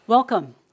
Welcome